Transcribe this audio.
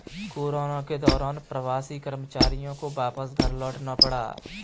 corona के दौरान प्रवासी कर्मचारियों को वापस घर लौटना पड़ा